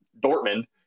Dortmund